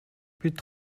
бид